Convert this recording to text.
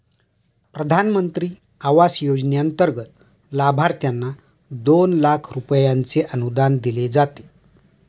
प्रधानमंत्री आवास योजनेंतर्गत लाभार्थ्यांना दोन लाख रुपयांचे अनुदान दिले जाते